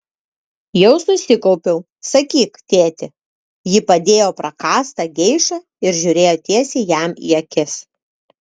jau susikaupiau sakyk tėti ji padėjo prakąstą geišą ir žiūrėjo tiesiai jam į akis